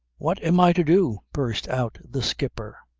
what am i to do? burst out the skipper.